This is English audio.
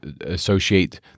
associate